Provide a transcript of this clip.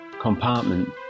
Compartment